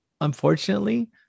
unfortunately